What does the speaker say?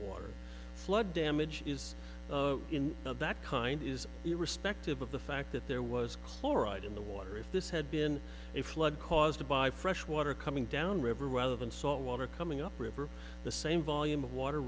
water flood damage is in that kind is irrespective of the fact that there was chloride in the water if this had been a flood caused by fresh water coming down river rather than salt water coming up river the same volume of water